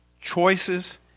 choices